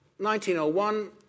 1901